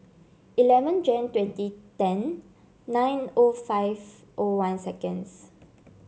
eleven Jan twenty ten nine O five O one seconds